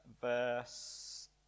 verse